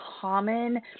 common